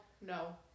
no